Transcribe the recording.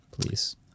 please